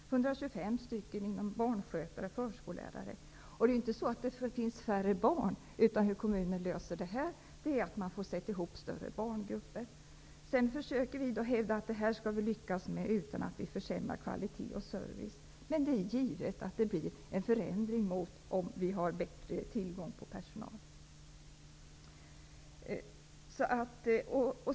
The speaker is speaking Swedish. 125 av dem är barnskötare och förskollärare. Det finns ju inte färre barn, utan kommunen löser detta genom att sätta ihop större barngrupper. Sedan försöker vi hävda att vi skall lyckas med detta utan att försämra kvalitet och service. Men det är givet att det blir en förändring jämfört med om vi har bättre tillgång på personal.